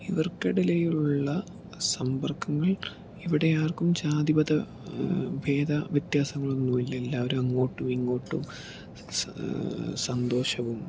ഇവർക്കിടയിലുള്ള സമ്പർക്കങ്ങൾ ഇവിടെയാർക്കും ജാതിമത ഭേദ വ്യത്യാസങ്ങളൊന്നുല്ല എല്ലാവരും അങ്ങോട്ടും ഇങ്ങോട്ടും സന്തോഷവും